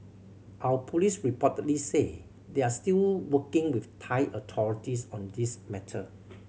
our police reportedly say they are still working with Thai authorities on this matter